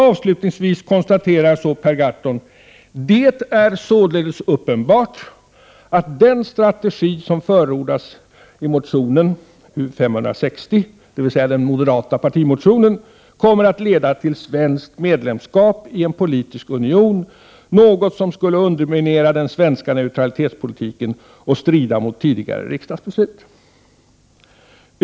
Avslutningsvis konstaterar Per Gahrton: ”Det är således uppenbart att den strategi som förordas i motion U560” — dvs. den moderata partimotionen — ”kommer att leda till svenskt medlemskap i en politisk union, något som skulle underminera den svenska neutralitetspolitiken och strida mot tidigare riksdagsbeslut.